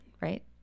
right